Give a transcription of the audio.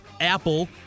Apple